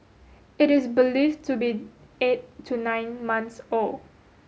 it is believed to be eight to nine months old